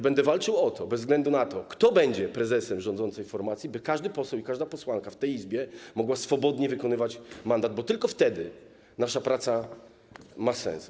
Będę walczył o to, bez względu na to, kto będzie prezesem rządzącej formacji, by każdy poseł i każda posłanka w tej Izbie mogli swobodnie wykonywać mandat, bo tylko wtedy nasza praca ma sens.